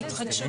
בהחלט.